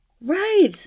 Right